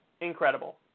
Incredible